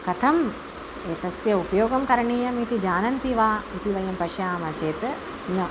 कथम् एतस्य उपयोगं करणीयम् इति जानन्ति वा इति वयं पश्यामः चेत् न